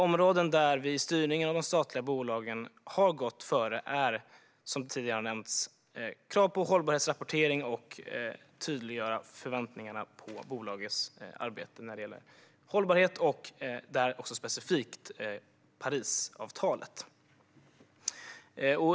Områden där vi i styrningen av de statliga bolagen har gått före är, som tidigare har nämnts, krav på hållbarhetsrapportering och tydliggörande av förväntningar på bolagens arbete när det gäller hållbarhet och specifikt Parisavtalet.